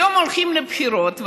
היום הולכים לבחירות,